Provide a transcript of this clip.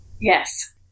Yes